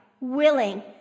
willing